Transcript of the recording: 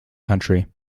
country